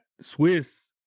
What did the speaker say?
Swiss